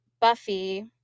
Buffy